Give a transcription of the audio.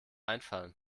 einfallen